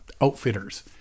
outfitters